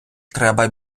треба